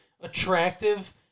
attractive